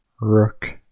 Rook